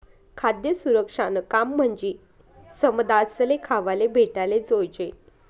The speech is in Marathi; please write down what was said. खाद्य सुरक्षानं काम म्हंजी समदासले खावाले भेटाले जोयजे